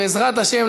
בעזרת השם,